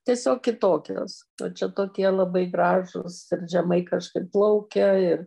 tiesiog kitokios o čia tokie labai gražūs ir žemai kažkaip plaukia ir